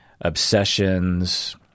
obsessions